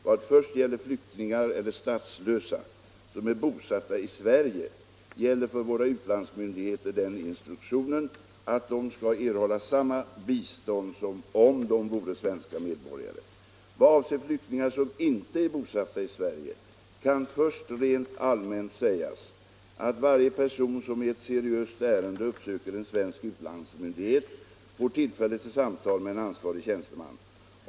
Vad först gäller flyktingar eller statslösa som är bosatta i Sverige gäller för våra utlandsmyndigheter den instruktionen att sådana personer skall erhålla samma bistånd som om de vore svenska medborgare. Vad avser flyktingar som inte är bosatta i Sverige kan först rent allmänt sägas att varje person som i ett seriöst ärende uppsöker en svensk utlandsmyndighet får tillfälle till samtal med en ansvarig tjänsteman.